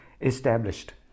established